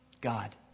God